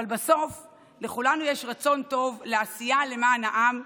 אבל בסוף לכולנו יש רצון טוב לעשייה למען העם,